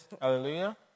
Hallelujah